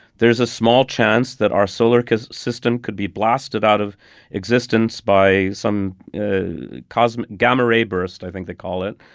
there's a small chance that our solar system could be blasted out of existence by some cosmic gamma ray burst, i think they call it.